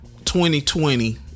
2020